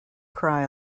cry